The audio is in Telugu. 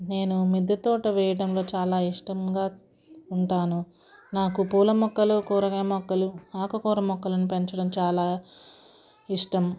నేను మిద్దె తోట వేయడం చాలా ఇష్టంగా ఉంటాను నాకు పూల మొక్కలు కూరగాయ మొక్కలు ఆకుకూర మొక్కలను పెంచడం చాలా ఇష్టం